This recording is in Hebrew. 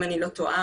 אם אני לא טועה,